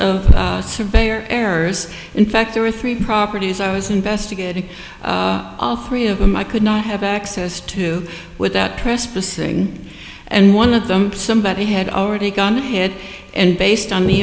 of surveyor errors in fact there were three properties i was investigating three of them i could not have access to without trespassing and one of them somebody had already gone ahead and based on the